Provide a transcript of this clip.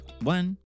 one